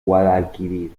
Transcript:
guadalquivir